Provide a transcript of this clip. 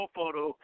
photo